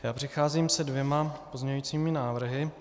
Já přicházím se dvěma pozměňovacími návrhy.